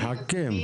אנחנו מחכים.